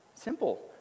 simple